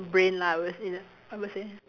brain lah I would say I would say